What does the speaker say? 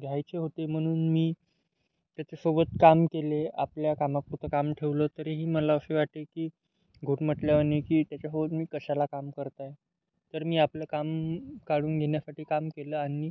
घ्यायचे होते म्हणून मी त्याच्यासोबत काम केले आपल्या कामापुरतं काम ठेवलं तरीही मला असे वाटे की घुटमाटल्यावाणी की त्याच्यासोबत मी कशाला काम करत आहे तर मी आपलं काम काढून घेण्यासाठी काम केलं आणि